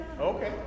Okay